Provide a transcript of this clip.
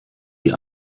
die